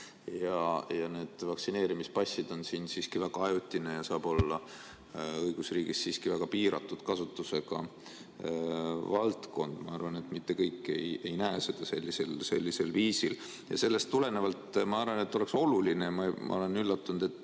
ning et vaktsineerimispassid on siiski väga ajutine ja õigusriigis väga piiratud kasutusega [lahendus]. Aga ma arvan, et mitte kõik ei näe seda sellisel viisil, ja sellest tulenevalt ma arvan, et oleks oluline – ma olen üllatunud, et